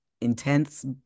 intense